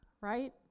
right